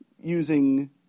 using